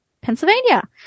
Pennsylvania